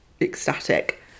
ecstatic